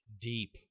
deep